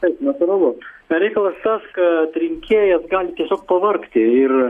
taip natūralu reikalas tas kad rinkėjas gali tiesiog pavargti ir